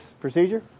procedure